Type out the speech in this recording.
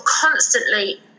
constantly